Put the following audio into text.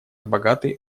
богатый